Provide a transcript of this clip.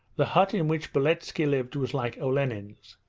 the hut in which beletski lived was like olenin's.